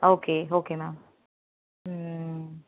okay okay ma'am